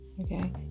okay